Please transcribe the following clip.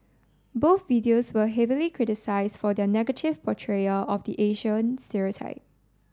both videos were heavily criticised for their negative portrayal of the Asian stereotype